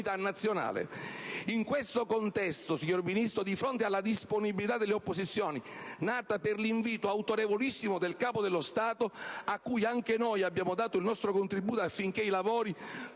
nazionale. In questo contesto e di fronte alla disponibilità delle opposizioni, nata per l'invito autorevolissimo del Capo dello Stato, a cui anche noi abbiamo risposto dando il nostro contribuito affinché i tempi